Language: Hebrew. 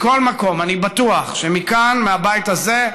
מכל מקום, אני בטוח שמכאן, מן הבית הזה,